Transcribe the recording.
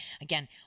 Again